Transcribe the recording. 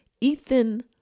Ethan